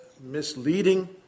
misleading